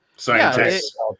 scientists